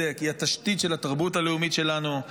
היא התשתית של התרבות הלאומית שלנו,